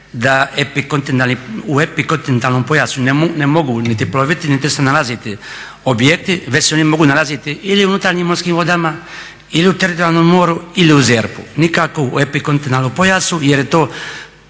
da u epikontinentalnom pojasu ne mogu niti ploviti niti se nalaziti objekti već se oni mogu nalaziti ili u unutarnjim morskim vodama ili u teritorijalnom moru ili u ZERP-u nikako u epikontinentalnom pojasu jer to